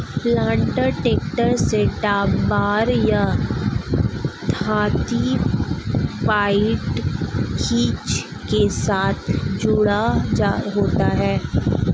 planter tractor से drawbar या three point hitch के साथ जुड़ा होता है